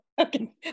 Okay